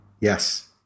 Yes